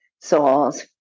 souls